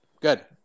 Good